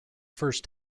first